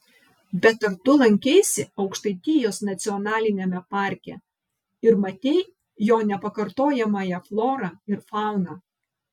bet ar tu lankeisi aukštaitijos nacionaliniame parke ir matei jo nepakartojamąją florą ir fauną